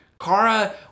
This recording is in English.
Kara